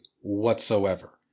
whatsoever